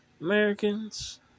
Americans